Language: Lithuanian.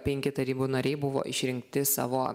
penki tarybų nariai buvo išrinkti savo